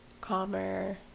calmer